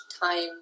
time